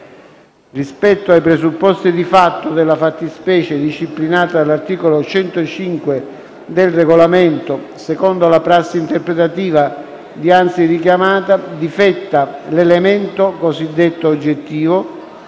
Rispetto ai presupposti di fatto della fattispecie disciplinata dall'articolo 105 del Regolamento, secondo la prassi interpretativa dianzi richiamata, difetta l'elemento cosiddetto oggettivo